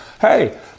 Hey